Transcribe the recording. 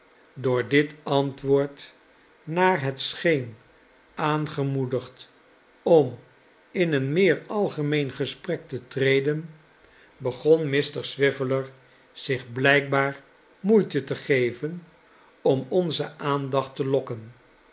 door dit antwoord naar het scheen aangemoedigd om in een meer algemeen gesprek te treden begon mr swiveller zich blijkbaar moeite te geven om onze aandacht te lokken